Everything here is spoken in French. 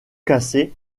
cassé